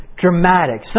dramatic